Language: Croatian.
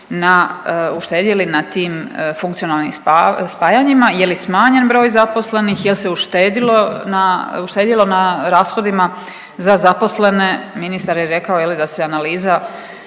uštedili na tim funkcionalnim spajanjima i je li smanjen broj zaposlenih, jel se uštedjelo na rashodima za zaposlene. Ministar je rekao da se analiza